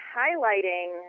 highlighting